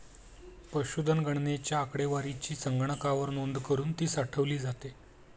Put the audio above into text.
पशुधन गणनेच्या आकडेवारीची संगणकावर नोंद करुन ती साठवली जाते